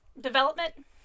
development